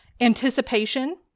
anticipation